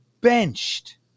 benched